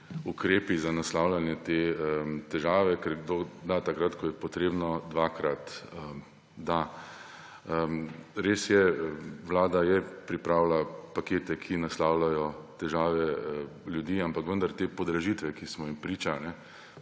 ukrepi za naslavljanje te težave, ker kdor da takrat, ko je potrebno, dvakrat da. Res je, Vlada je pripravila pakete, ki naslavljajo težave ljudi, ampak vendar te podražitve, ki smo jim priča,